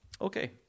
Okay